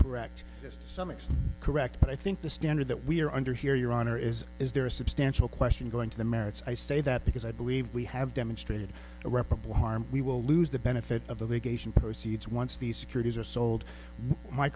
just some mixed correct but i think the standard that we are under here your honor is is there a substantial question going to the merits i say that because i believe we have demonstrated irreparable harm we will lose the benefit of the litigation proceeds once these securities are sold my